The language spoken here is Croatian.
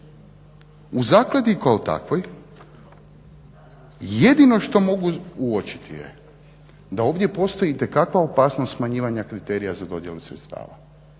U zakladi kao takvoj jedino što mogu uočiti je da ovdje postoji itekakva opasnost smanjivanja kriterija za dodjelu sredstava